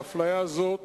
האפליה הזאת